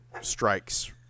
strikes